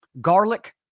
garlic